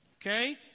okay